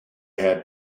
had